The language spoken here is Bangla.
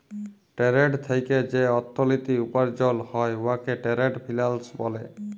টেরেড থ্যাইকে যে অথ্থলিতি উপার্জল হ্যয় উয়াকে টেরেড ফিল্যাল্স ব্যলে